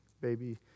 baby